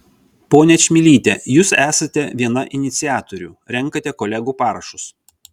ponia čmilyte jūs esate viena iniciatorių renkate kolegų parašus